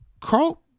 Carl